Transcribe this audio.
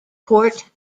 port